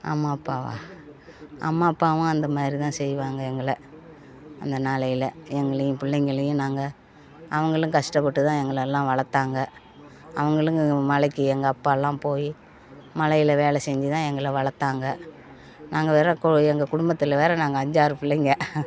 அம்மா அப்பாவா அம்மா அப்பாவும் அந்தமாதிரி தான் செய்வாங்க எங்களை அந்த நாளையில் எங்களையும் பிள்ளைங்களையும் நாங்கள் அவங்களும் கஷ்டப்பட்டுதான் எங்களலாம் வளர்த்தாங்க அவங்களும் மலைக்கு எங்கள் அப்பாவெலாம் போய் மலையில் வேலை செஞ்சுதான் எங்களை வளர்த்தாங்க நாங்கள் வேற கு எங்கள் குடும்பத்தில் வேற நாங்கள் அஞ்சு ஆறு பிள்ளைங்க